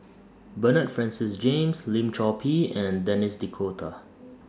Bernard Francis James Lim Chor Pee and Denis D'Cotta